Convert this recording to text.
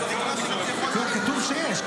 כתוב שיש.